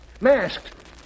Masked